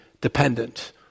dependent